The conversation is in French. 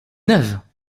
neuves